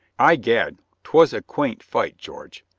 i'gad, twas a quaint fight, george.